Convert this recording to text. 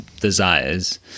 desires